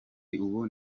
ubu